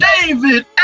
David